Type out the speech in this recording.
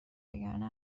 وگرنه